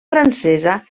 francesa